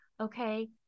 Okay